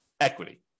equity